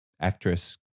actress